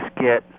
get